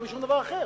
לא בשום דבר אחר.